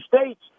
states